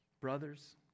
brothers